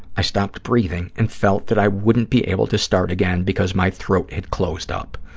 i stopped breathing and felt that i wouldn't be able to start again because my throat had closed up.